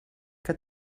que